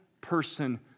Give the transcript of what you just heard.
person